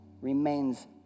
remains